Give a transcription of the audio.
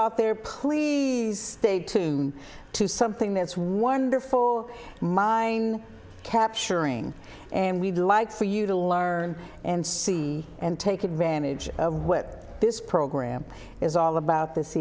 out there please stay tuned to something that's wonderful mind capturing and we'd like for you to learn and see and take advantage of what this program is all about th